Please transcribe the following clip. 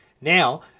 Now